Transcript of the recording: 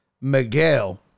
Miguel